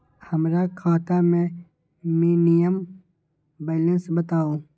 हमरा खाता में मिनिमम बैलेंस बताहु?